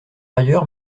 ailleurs